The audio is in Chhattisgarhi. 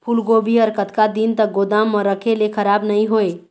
फूलगोभी हर कतका दिन तक गोदाम म रखे ले खराब नई होय?